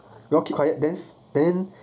we all keep quiet then then